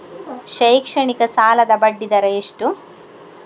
ಶೈಕ್ಷಣಿಕ ಸಾಲದ ಬಡ್ಡಿ ದರ ಎಷ್ಟು?